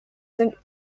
sind